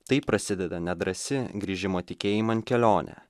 taip prasideda nedrąsi grįžimo tikėjiman kelionė